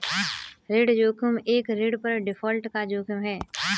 ऋण जोखिम एक ऋण पर डिफ़ॉल्ट का जोखिम है